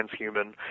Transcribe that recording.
Transhuman